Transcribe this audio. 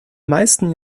meisten